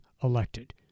elected